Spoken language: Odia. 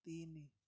ତିନି